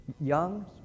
young